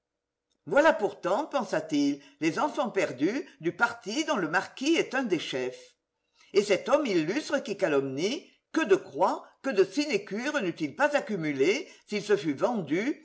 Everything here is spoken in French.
voilà pourtant pensa-t-il les enfants perdus du parti dont le marquis est un des chefs et cet homme illustre qu'il calomnie que de croix que de sinécures n'eût-il pas accumulées s'il se fût vendu